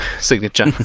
signature